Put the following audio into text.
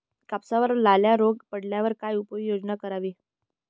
कापसावर लाल्या रोग पडल्यावर काय उपाययोजना करावी?